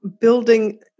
Building